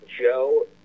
Joe